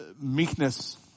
Meekness